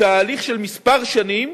בתהליך של כמה שנים